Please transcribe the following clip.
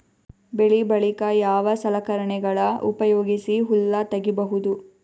ಬೆಳಿ ಬಳಿಕ ಯಾವ ಸಲಕರಣೆಗಳ ಉಪಯೋಗಿಸಿ ಹುಲ್ಲ ತಗಿಬಹುದು?